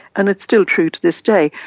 and it's still true to this day,